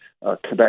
Quebec